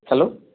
hello